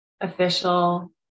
official